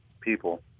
people